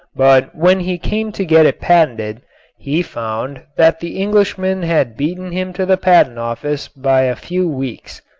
but when he came to get it patented he found that the englishman had beaten him to the patent office by a few weeks.